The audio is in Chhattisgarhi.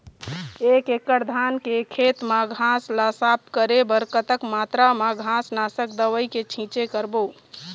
एक एकड़ धान के खेत मा घास ला साफ करे बर कतक मात्रा मा घास नासक दवई के छींचे करबो?